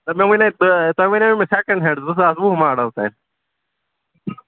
سر مےٚ ؤنیٛاے تۅہہِ تۅہہِ ؤنیٛایہِ مےٚ سیکنٛڈ ہینٛڈ زٕ ساس وُہ ماڈل تام